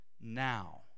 now